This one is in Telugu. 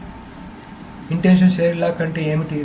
కాబట్టి ఇంటెన్షన్ షేర్డ్ లాక్ అంటే ఏమిటి